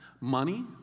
Money